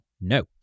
no